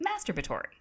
masturbatory